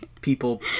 people